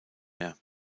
mehr